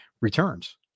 returns